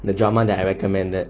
the drama that I recommended